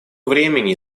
времени